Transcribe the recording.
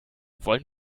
wollen